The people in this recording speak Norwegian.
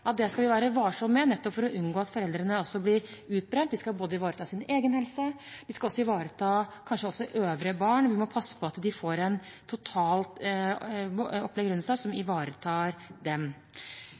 det skal vi være varsomme med for å unngå at foreldrene også blir utbrent. De skal ivareta sin egen helse, og de skal kanskje også ivareta øvrige barn. Vi må passe på at de får et totalt opplegg rundt seg som